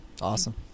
awesome